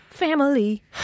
family